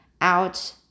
out